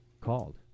called